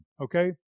okay